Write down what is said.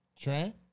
Trent